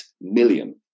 million